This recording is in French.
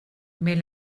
mais